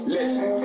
Listen